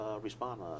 respond